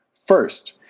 first,